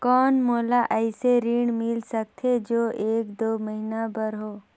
कौन मोला अइसे ऋण मिल सकथे जो एक दो महीना बर हो?